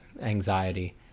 anxiety